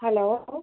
hello